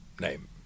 name